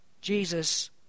Jesus